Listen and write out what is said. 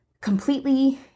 completely